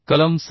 कलम 7